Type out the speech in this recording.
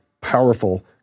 powerful